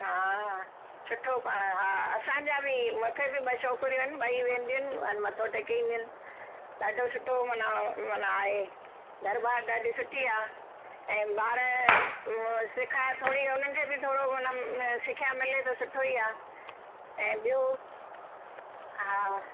हा सुठो पाण हा असांजा बि मूंखे बि ॿ छोकिरियूं आहिनि ॿई वेंदियूं आहिनि अन मथो टेके ईंदियूं आहिनि ॾाढो सुठो माना मन आहे दरबार ॾाढी सुठी आहे ऐं ॿार अं सिखाए थोरी उन्हनि खे बि थोरो उन अं सिख्या मिले त सुठो ई आहे ऐं ॿियो हा